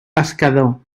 pescador